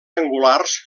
angulars